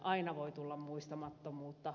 aina voi tulla muistamattomuutta